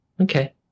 Okay